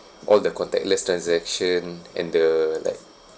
all the contactless transaction and the like